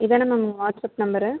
இதானே ma'am WhatsApp number